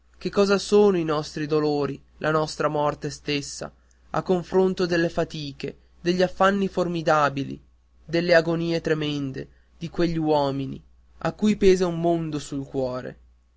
che cosa sono i nostri dolori la nostra morte stessa a confronto delle fatiche degli affanni formidabili delle agonie tremende di quegli uomini a cui pesa un mondo sul cuore